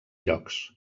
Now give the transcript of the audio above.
llocs